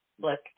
look